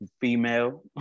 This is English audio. female